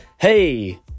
Hey